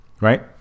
right